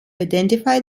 identify